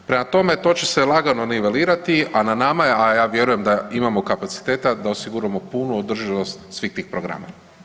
Prema tome, to će se lagano nivelirati, a na nama je, a ja vjerujem da imamo kapaciteta da osiguramo punu održivost svih tih programa.